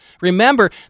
Remember